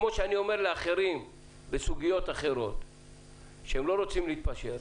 כמו שאני אומר בסוגיות אחרות שלא רוצים להתפשר: